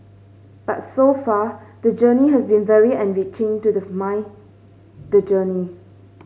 but so far the journey has been very enriching to the mind the journey